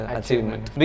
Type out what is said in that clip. achievement